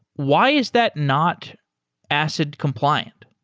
why is that not acid compliant?